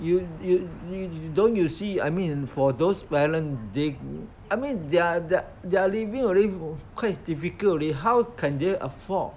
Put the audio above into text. you you you don't you see I mean for those parent they I mean they're they're they're living already quite difficult already how can they afford